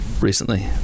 recently